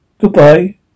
Goodbye